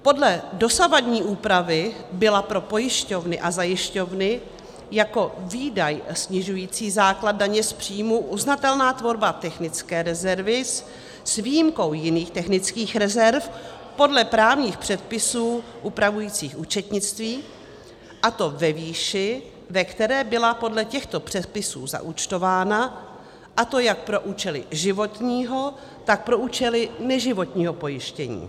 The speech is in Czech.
Podle dosavadní úpravy byla pro pojišťovny a zajišťovny jako výdaj snižující základ daně z příjmů uznatelná tvorba technické rezervy s výjimkou jiných technických rezerv podle právních předpisů upravujících účetnictví, a to ve výši, ve které byla podle těchto předpisů zaúčtována, a to jak pro účely životního, tak pro účely neživotního pojištění.